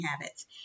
habits